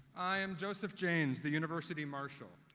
i am joseph janes, the university marshal.